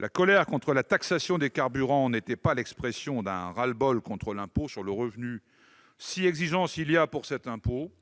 La colère contre la taxation des carburants n'était pas l'expression d'un ras-le-bol contre l'impôt sur le revenu. Si exigence il y a concernant cet impôt,